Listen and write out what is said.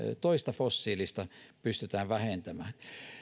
toista fossiilista pystytään vähentämään